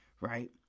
right